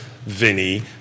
Vinny